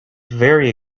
very